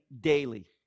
daily